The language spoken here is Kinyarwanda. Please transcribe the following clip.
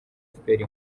efuperi